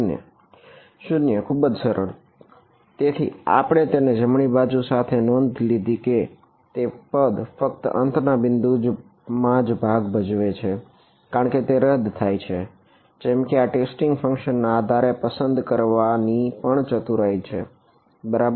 0 ખૂબ જ સરળ તેથી આપણે તેને જમણી બાજુ સાથે નોંધ લીધી છે કે તે પદ ફક્ત અંતના બિંદુમાં જ ભાગ ભજવે છે કારણ કે તે રદ થાય છે જેમ કે આ ટેસ્ટિંગ ફંક્શન ના આધારે પસંદ કરવાની પણ ચતુરાઈ છે બરાબર